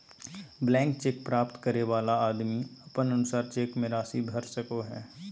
blank cheque प्राप्त करे वाला आदमी अपन अनुसार चेक मे राशि भर सको हय